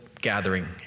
gathering